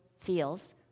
feels